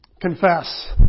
Confess